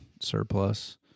surplus